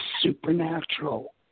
supernatural